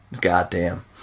Goddamn